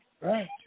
right